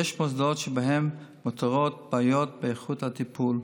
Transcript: יש מוסדות שבהם מאותרות בעיות באיכות הטיפול.